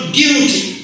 guilty